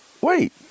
wait